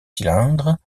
cylindres